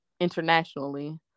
internationally